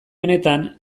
honetan